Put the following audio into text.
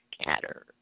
scatter